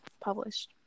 published